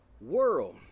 world